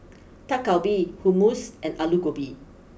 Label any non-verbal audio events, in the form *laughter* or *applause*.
*noise* Dak Galbi Hummus and Alu Gobi